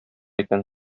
икән